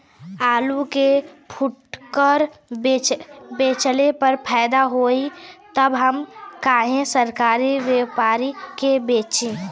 आलू के फूटकर बेंचले मे फैदा होई त हम काहे सरकारी व्यपरी के बेंचि?